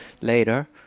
later